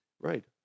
Right